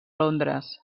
londres